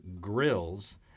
grills